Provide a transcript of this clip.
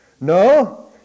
no